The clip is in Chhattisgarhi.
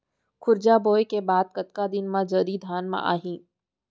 खुर्रा बोए के बाद कतका दिन म जरी धान म आही?